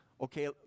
Okay